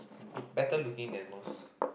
good better looking than most